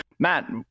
Matt